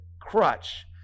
crutch